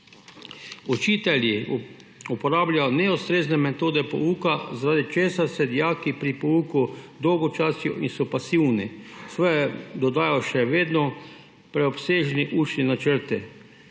Učitelji uporabljajo neustrezne metode pouka, zaradi česar se dijaki pri pouku dolgočasijo in so pasivni. Svoje dodajajo še vedno preobsežni učni načrti.